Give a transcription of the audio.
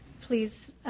please